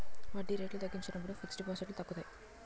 వడ్డీ రేట్లు తగ్గించినప్పుడు ఫిక్స్ డిపాజిట్లు తగ్గుతాయి